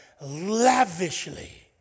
lavishly